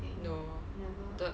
no ah the